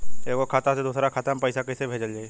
एगो खाता से दूसरा खाता मे पैसा कइसे भेजल जाई?